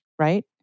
right